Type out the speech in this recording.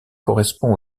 correspond